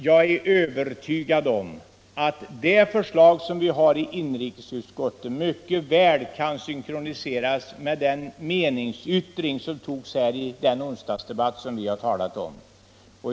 Jag är övertygad om att förslagen i inrikesutskottets betänkande mycket väl kan synkroniseras med den meningsyttring som kom till uttryck i den onsdagsdebatt vi här talat om.